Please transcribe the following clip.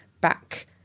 back